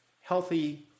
healthy